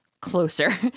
closer